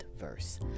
verse